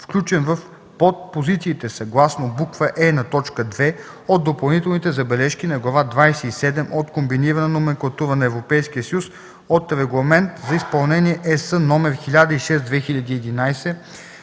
включен в подпозициите съгласно буква „е” на т. 2 от Допълнителните забележки на Глава 27 от Комбинирана номенклатура на Европейския съюз от Регламент за изпълнение (ЕС) № 1006/2011,